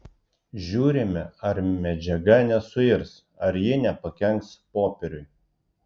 žiūrime ar medžiaga nesuirs ar ji nepakenks popieriui